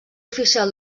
oficial